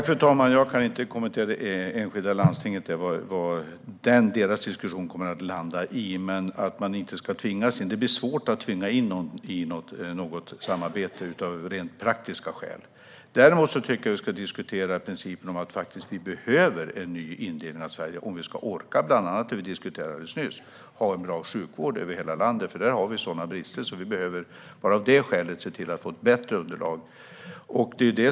Fru talman! Jag kan inte kommentera vad ett enskilt landstings diskussion kommer att landa i. Men av rent praktiska skäl är det svårt att tvinga in någon i ett samarbete. Jag tycker dock att vi ska diskutera principen om att vi behöver en ny indelning av Sverige om vi ska orka bland annat det vi nyss diskuterade: ha bra sjukvård över hela landet. Här finns sådana brister att vi bara av det skälet behöver få ett bättre underlag.